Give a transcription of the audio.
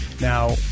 Now